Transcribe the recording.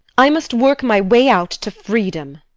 i must work my way out to freedom.